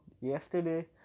yesterday